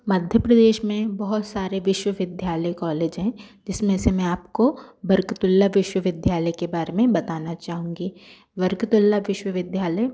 मध्य प्रदेश में बहुत सारे विश्वविद्यालय कॉलेज है जिसमे से मैं आपको बरकतुल्ला विश्वविद्यालय के बारे में बताना चाहूँगी बरकतुल्ला विश्वविद्यालय